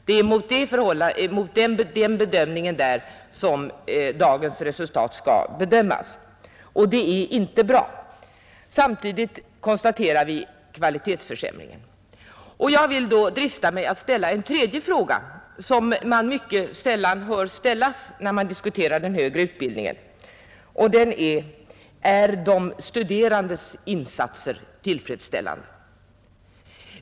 Det är mot den bedömning som där gjorts som dagens resultat skall ses, och då är de verkligen inte bra. Samtidigt konstaterar vi kvalitetsförsämringen. Jag vill därför drista mig att ställa en tredje fråga, som man sällan hör framföras när man diskuterar den högre utbildningen: Är de studerandes insatser tillfredsställande?